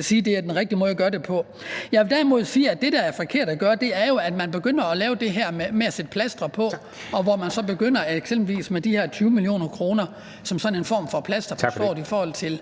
sige er den rigtige måde at gøre det på. Jeg vil derimod sige, at det, der er forkert at gøre, jo er, at man begynder at lave det her med at sætte plastre på, og hvor man eksempelvis begynder med de her 20 mio. kr. som sådan en form for plaster på såret i forhold til